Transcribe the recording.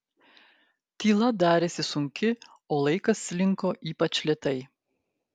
tyla darėsi sunki o laikas slinko ypač lėtai